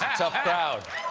tough crowd.